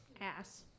Ass